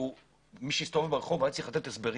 ומי שהסתובב ברחוב היה צריך לתת הסברים.